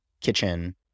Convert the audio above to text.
kitchen